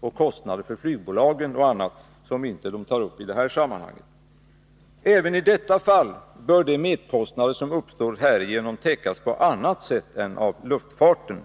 och kostnader för flygbolagen m.m., som inte tas upp i detta sammanhang. — ”Även i detta fall bör de merkostnader som uppstår härigenom täckas på annat sätt än av luftfarten.